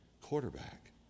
quarterback